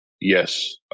yes